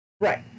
right